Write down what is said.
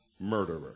murderer